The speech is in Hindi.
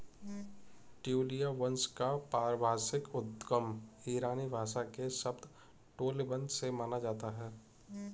ट्यूलिया वंश का पारिभाषिक उद्गम ईरानी भाषा के शब्द टोलिबन से माना जाता है